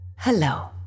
Hello